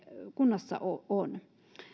kunnassa on